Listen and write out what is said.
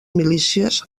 milícies